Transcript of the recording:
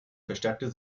verstärkte